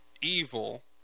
evil